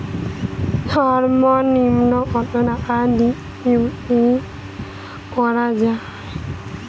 সর্ব নিম্ন কতটাকা ডিপোজিট করা য়ায়?